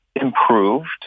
improved